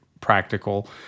practical